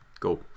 Go